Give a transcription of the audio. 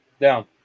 down